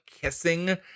kissing